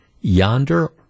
yonder